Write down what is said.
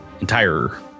entire